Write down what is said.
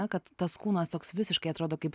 ne tas kūnas toks visiškai atrodo kaip